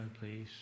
please